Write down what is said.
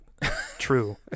True